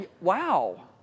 wow